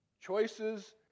Choices